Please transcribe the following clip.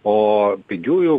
o pigiųjų